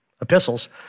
epistles